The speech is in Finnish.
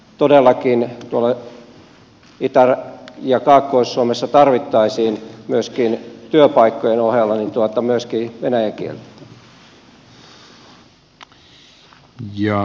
todellakin tuolla itä ja kaakkois suomessa tarvittaisiin työpaikkojen ohella myöskin venäjän kieltä